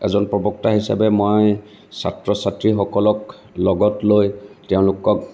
এজন প্ৰবক্তা হিচাবে মই ছাত্ৰ ছাত্ৰীসকলক লগত লৈ তেওঁলোকক